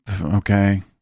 Okay